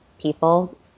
people